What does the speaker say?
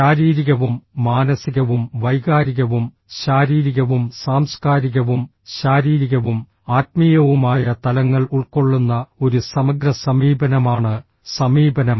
ശാരീരികവും മാനസികവും വൈകാരികവും ശാരീരികവും സാംസ്കാരികവും ശാരീരികവും ആത്മീയവുമായ തലങ്ങൾ ഉൾക്കൊള്ളുന്ന ഒരു സമഗ്ര സമീപനമാണ് സമീപനം